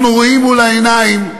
אנחנו רואים מול העיניים,